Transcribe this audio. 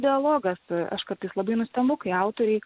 dialogas aš kartais labai nustembu kai autoriai